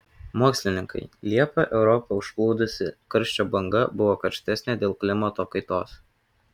mokslininkai liepą europą užplūdusi karščio banga buvo karštesnė dėl klimato kaitos